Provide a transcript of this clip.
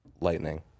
Lightning